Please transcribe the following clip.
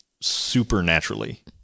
supernaturally